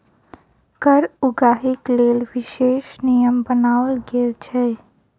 कर उगाहीक लेल विशेष नियम बनाओल गेल छै